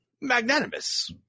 magnanimous